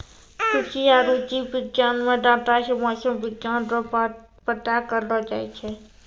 कृषि आरु जीव विज्ञान मे डाटा से मौसम विज्ञान रो पता करलो जाय छै